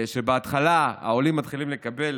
בהתחלה העולים מתחילים לקבל